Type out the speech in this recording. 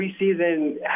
preseason